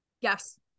Yes